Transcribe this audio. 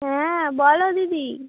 হ্যাঁ বলো দিদি